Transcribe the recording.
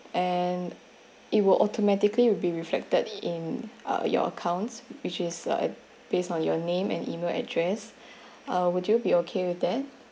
and it will automatically will be reflected in uh your accounts which is uh based on your name and email address uh would you be okay with that